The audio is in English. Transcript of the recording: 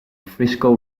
frisco